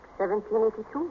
1782